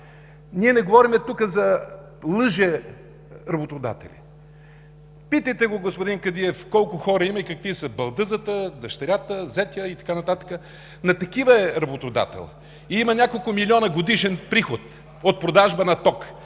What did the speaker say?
Ние не говорим тук за лъжеработодатели. Питайте господин Кадиев колко хора и какви са – балдъзата, дъщерята, зетя и така нататък. На такива е работодател и има няколко милиона годишен приход от продажба на ток.